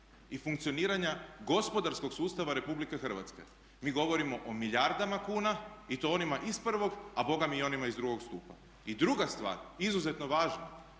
i funkcioniranja gospodarskog sustava RH. Mi govorimo o milijardama kuna i to onima iz prvog, a bogami i onima iz drugog stupa. I druga stvar izuzetno važna